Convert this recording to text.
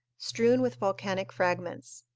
strewn with volcanic fragments.